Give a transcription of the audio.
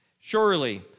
Surely